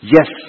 Yes